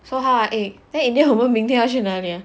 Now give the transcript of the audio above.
so how ah eh then in the end 我们明天要去哪里